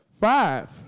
Five